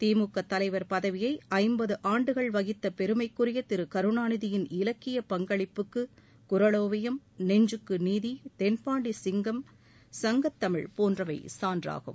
திமுக தலைவர் பதவியை ஐம்பது ஆண்டுகள் வகித்த பெருமைக்குரிய திரு கருணாநிதியின் இலக்கிய பங்களிப்புக்கு குறளோவியம் நெஞ்சுக்கு நீதி தென்பாண்டி சிங்கம் சங்கத்தமிழ் போன்றவை சான்றாகும்